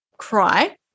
cry